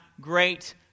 great